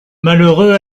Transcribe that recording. malheureux